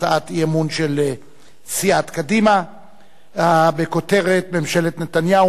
הצעת אי-אמון של סיעת קדימה בכותרת: ממשלת נתניהו